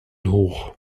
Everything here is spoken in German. hoch